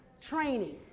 training